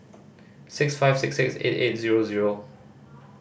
six five six six eight eight zero zero